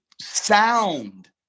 sound